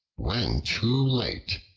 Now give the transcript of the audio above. when too late,